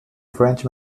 french